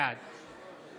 בעד